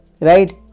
Right